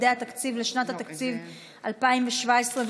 עלייה בשיעור המשתתפים בכוח העבודה לאחר גיל פרישה,